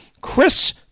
Chris